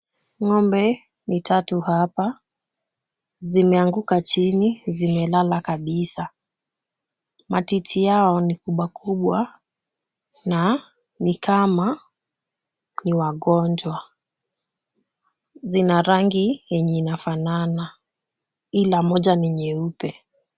Ng'ombe ni tatu hapa, zimeanguka chini, zimelala kabisa, matiti yao ni kubwa kubwa na ni kama ni wagonjwa, zina rangi yenye inafanana ila moja ni nyeupe.